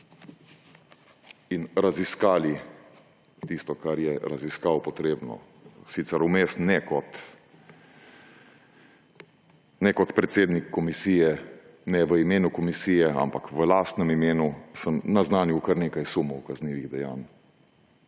in raziskali tisto, kar je raziskav potrebno. Sicer sem vmes ne kot predsednik komisije, ne v imenu komisije, ampak v lastnem imenu naznanil kar nekaj sumov kaznivih dejanj,